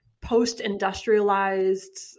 post-industrialized